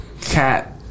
cat